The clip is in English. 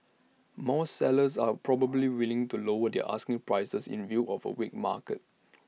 more sellers are probably willing to lower their asking prices in view of A weak market